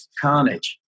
carnage